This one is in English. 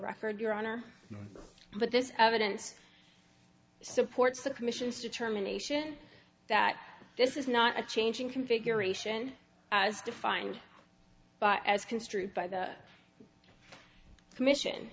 record your honor but this evidence supports the commission's determination that this is not a changing configuration as defined as construed by the commission